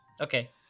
Okay